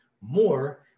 more